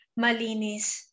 malinis